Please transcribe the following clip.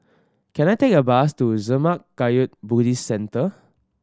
can I take a bus to Zurmang Kagyud Buddhist Centre